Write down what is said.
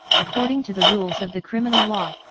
according to the rules of the criminal law,